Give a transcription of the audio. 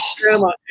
Grandma